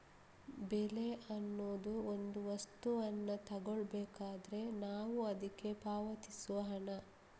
ಬೆಲೆ ಅನ್ನುದು ಒಂದು ವಸ್ತುವನ್ನ ತಗೊಳ್ಬೇಕಾದ್ರೆ ನಾವು ಅದ್ಕೆ ಪಾವತಿಸುವ ಹಣ